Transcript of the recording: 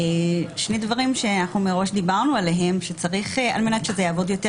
שני דברים שאנחנו מראש דיברנו עליהם שצריך על מנת שזה יעבוד יותר